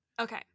Okay